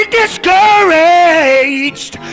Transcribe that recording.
discouraged